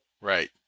Right